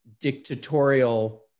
dictatorial